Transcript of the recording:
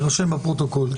יירשם בפרוטוקול...